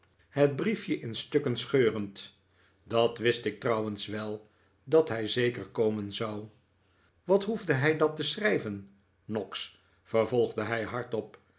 het briefje in stukken scheurend dat wist ik trouwens wel dat hij zeker komen zou wat hoefde hij dat te schrijven noggs vervolgde hij hardop